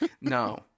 no